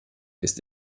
ist